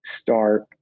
start